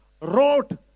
wrote